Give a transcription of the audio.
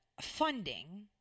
funding